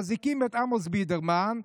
מזעיקים את עמוס בידרמן,